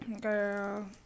girl